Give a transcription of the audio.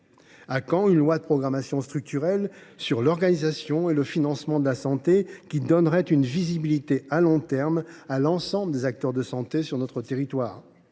À quand une loi de programmation structurelle sur l’organisation et le financement de la santé qui donnerait une visibilité à long terme à l’ensemble des acteurs de santé sur notre territoire ?